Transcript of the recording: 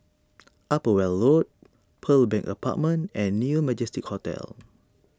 Upper Weld Road Pearl Bank Apartment and New Majestic Hotel